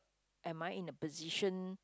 am I in a position